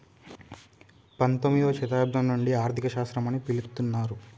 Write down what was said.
పంతొమ్మిదవ శతాబ్దం నుండి ఆర్థిక శాస్త్రం అని పిలుత్తున్నరు